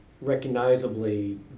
recognizably